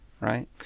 right